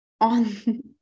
on